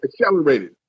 accelerated